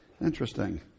Interesting